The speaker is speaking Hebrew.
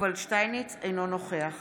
אינו נוכח